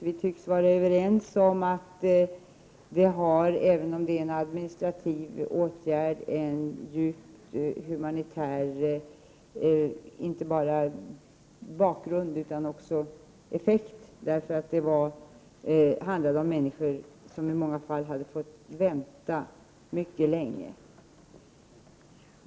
Vi tycks vidare vara överens om att beslutet har — även om det är en administrativ åtgärd — en djupt humanitär bakgrund och effekt. Det handlade ju om människor som i många fall fått vänta mycket länge.